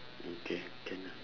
okay can ah